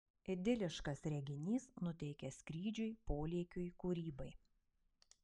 idiliškas reginys nuteikia skrydžiui polėkiui kūrybai